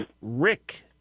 Rick